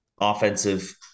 offensive